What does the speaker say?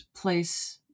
place